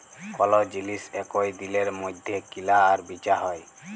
call জিলিস একই দিলের মইধ্যে কিলা আর বিচা হ্যয়